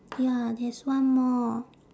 ya there's one more